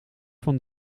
van